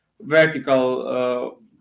vertical